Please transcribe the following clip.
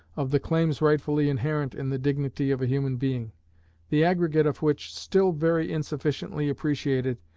of the claims rightfully inherent in the dignity of a human being the aggregate of which, still very insufficiently appreciated,